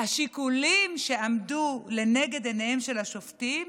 השיקולים שעמדו לנגד עיניהם של השופטים